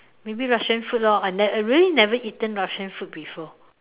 maybe the Russian food lor I never I really never eaten Russian food before